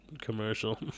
commercial